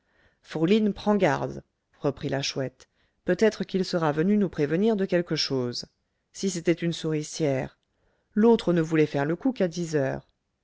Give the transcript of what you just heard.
fourline prends garde reprit la chouette peut-être qu'il sera venu nous prévenir de quelque chose si c'était une souricière l'autre ne voulait faire le coup qu'à dix heures